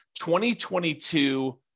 2022